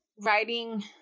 writing